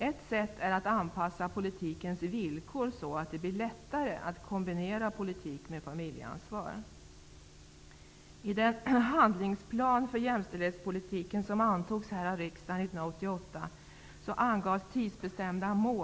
Ett sätt är att anpassa politikens villkor så att det blir lättare att kombinera politik med familjeansvar. har uppnåtts.